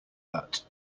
that